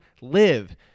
live